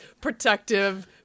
protective